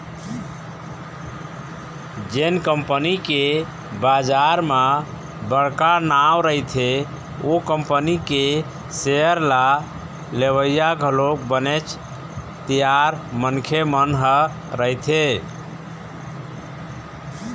जेन कंपनी के बजार म बड़का नांव रहिथे ओ कंपनी के सेयर ल लेवइया घलोक बनेच तियार मनखे मन ह रहिथे